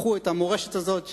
לקחו את המורשת הזאת,